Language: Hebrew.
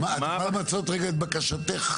את יכולה למצות רגע את בקשתך?